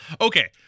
Okay